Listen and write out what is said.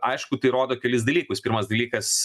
aišku tai rodo kelis dalykus pirmas dalykas